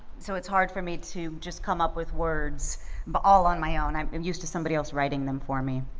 so it's hard for me to just come up with words but all on my own i'm used to somebody else writing them for me.